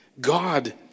God